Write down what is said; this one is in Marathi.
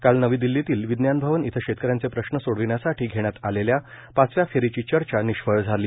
काल नवी दिल्लीतील विज्ञान भवन इथं शेतकऱ्यांचे प्रश्न सोडविण्यासाठी घेण्यात आलेल्या पाचव्या फेरीची चर्चा निष्फळ झाली